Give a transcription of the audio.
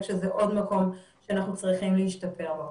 שזה עוד מקום שאנחנו צריכים להשתפר בו.